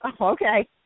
okay